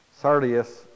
Sardius